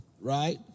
right